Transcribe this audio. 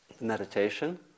meditation